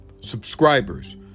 subscribers